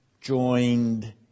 joined